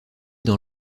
dans